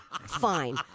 Fine